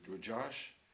Josh